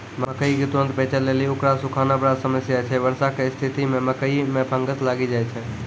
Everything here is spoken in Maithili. मकई के तुरन्त बेचे लेली उकरा सुखाना बड़ा समस्या छैय वर्षा के स्तिथि मे मकई मे फंगस लागि जाय छैय?